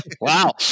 Wow